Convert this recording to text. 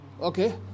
Okay